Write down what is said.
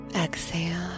exhale